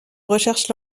recherche